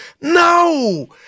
No